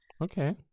Okay